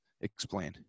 explain